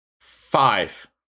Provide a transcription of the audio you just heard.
Five